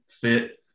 fit